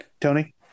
Tony